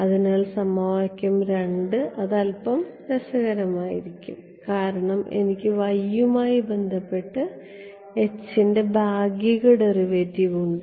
അതിനാൽ സമവാക്യം 2 അത് അൽപ്പം രസകരമായിരിക്കും കാരണം എനിക്ക് y യുമായി ബന്ധപ്പെട്ട് H ന്റെ ഭാഗിക ഡെറിവേറ്റീവ് ഉണ്ട്